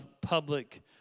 public